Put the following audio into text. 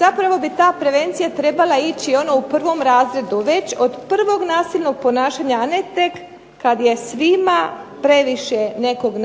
Zapravo bi ta prevencija trebala ići ono u 1. razredu već od prvog nasilnog ponašanja, a ne tek kad je svima previše nekog